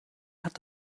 hat